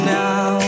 now